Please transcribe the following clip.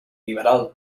liberal